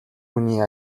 хүний